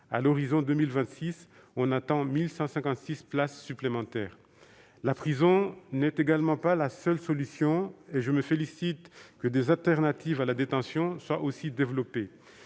À l'horizon de 2026, nous attendons 1 156 places supplémentaires. Néanmoins, la prison n'est pas la seule solution, et je me félicite que des alternatives à la détention soient aussi développées.